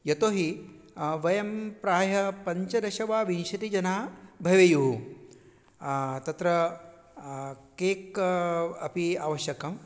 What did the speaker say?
यतो हि वयं प्रायः पञ्चदश वा विंशतिजनाः भवेयुः तत्र केक् अपि आवश्यकं